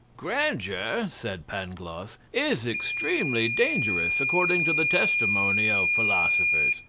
grandeur, said pangloss, is extremely dangerous according to the testimony of philosophers.